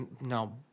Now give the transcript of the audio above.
No